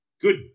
good